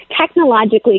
technologically